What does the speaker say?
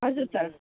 हजुर सर